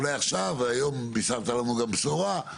אולי עכשיו בישרת לנו גם בשורה,